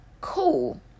Cool